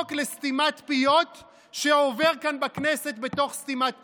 חוק לסתימת פיות שעובר כאן בכנסת בתוך סתימת פיות.